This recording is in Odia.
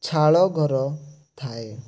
ଛାଳଘର ଥାଏ